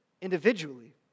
individually